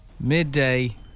Midday